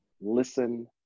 listen